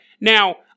Now